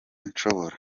nshobora